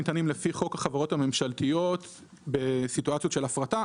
ניתנים לפי חוק החברות הממשלתיות בסיטואציות של הפרטה.